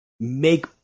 make